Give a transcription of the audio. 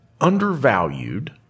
undervalued